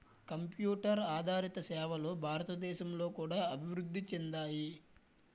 computer ఆదారిత సేవలు భారతదేశంలో కూడా అభివృద్ధి చెందాయి